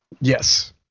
Yes